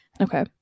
Okay